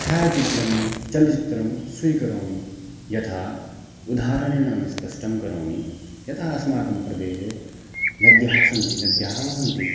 छायचित्रं चलचित्रं स्वीकरोमि यथा उदाहरणेन स्पष्टं करोमि यथा अस्माकं प्रदेशे नद्यः सन्ति नद्यः वहन्ति